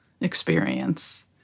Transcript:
experience